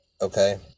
Okay